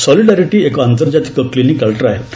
solidarity ଏକ ଆନ୍ତର୍କାତିକ clinical trial